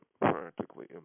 practically